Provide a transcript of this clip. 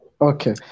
Okay